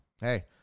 hey